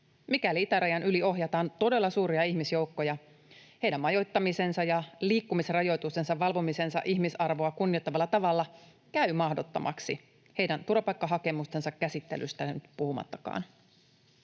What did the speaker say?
Mikäli itärajan yli ohjataan todella suuria ihmisjoukkoja, heidän majoittamisensa ja liikkumisrajoitustensa valvominen ihmisarvoa kunnioittavalla tavalla käy mahdottomaksi, heidän turvapaikkahakemustensa käsittelystä puhumattakaan.